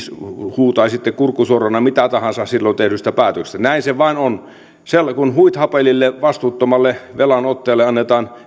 huutaisitte kurkku suorana mitä tahansa silloin tehdyistä päätöksistä näin se vain on kun huithapelille vastuuttomalle velanottajalle annetaan